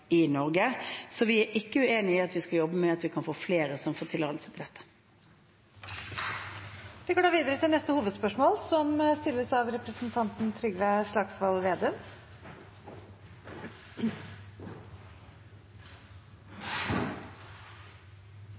i Norge. Så vi er ikke uenig i at vi skal jobbe med at vi kan få flere som får tillatelse til dette. Vi går videre til neste hovedspørsmål.